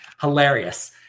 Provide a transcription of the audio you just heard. Hilarious